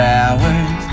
hours